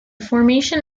formation